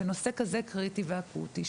בנושא כזה קריטי ואקוטי,